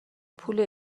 پول